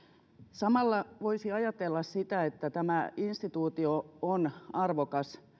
samalla voisi ajatella sitä tämä instituutio on arvokas